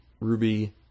Ruby